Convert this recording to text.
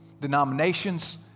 Denominations